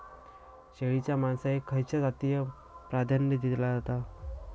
शेळीच्या मांसाएसाठी खयच्या जातीएक प्राधान्य दिला जाता?